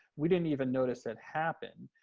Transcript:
we didn't even notice it happen.